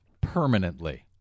permanently